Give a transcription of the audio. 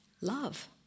love